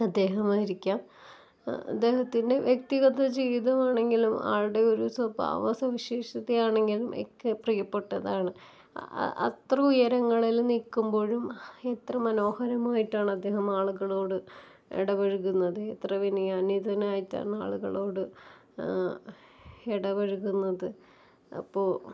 അദ്ദേഹമായിരിക്കാം അദ്ദേഹത്തിന്റെ വ്യക്തിഗത ജീവിതമാണെങ്കിലും ആളുടെ ഒരു സ്വഭാവ സവിശേഷത ആണെങ്കിലും ഒക്കെ പ്രിയപ്പെട്ടതാണ് അത്ര ഉയരങ്ങളില് നിൽക്കുമ്പോഴും എത്ര മനോഹരമായിട്ടാണ് അദ്ദേഹം ആളുകളോട് ഇടപഴകുന്നത് എത്ര വിനയാനിതനായിട്ടാണ് ആളുകളോട് ഇടപഴകുന്നത് അപ്പോൾ